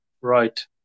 Right